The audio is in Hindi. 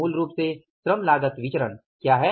मूल रूप से श्रम लागत विचरण क्या है